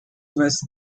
was